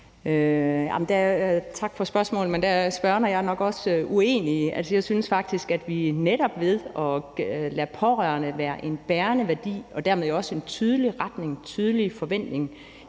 Tak for spørgsmålet. Jamen der er spørgeren og jeg nok også uenige. Altså, jeg synes faktisk, at vi netop ved at lade pårørende være en bærende værdi og dermed jo også have en tydelig retning og tydelig forventning,